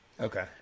Okay